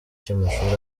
cy’amashuri